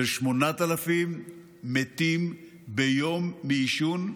של 8,000 מתים מעישון ביום,